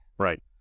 Right